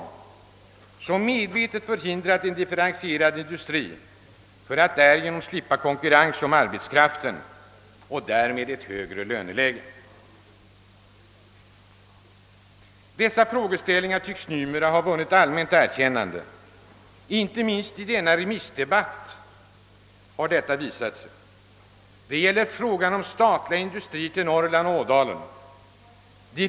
Den har medvetet förhindrat en differentierad industri för att därigenom slippa konkurrens om arbetskraften och därav följande högre löneläge. Dessa synpunkter tycks numera ha vunnit allmänt erkännande, vilket visat sig inte minst i denna remissdebatt. Man anser det lämpligt att förlägga statliga industrier till Ådalen och Norrland i övrigt.